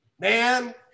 Man